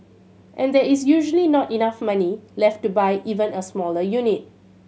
and there is usually not enough money left to buy even a smaller unit